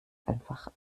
einfach